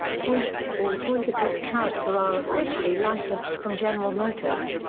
toys all toys of this character are officially licensed from general motors.